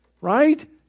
right